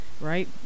right